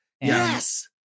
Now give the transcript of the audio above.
Yes